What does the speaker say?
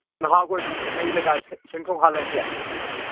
ꯅꯍꯥꯈꯣꯏꯕꯨ ꯍꯥꯏꯔꯒ ꯁꯦꯡꯇꯣꯛꯒꯟꯂꯁꯦ